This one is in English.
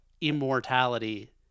immortality